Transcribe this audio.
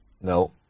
no